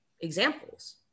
examples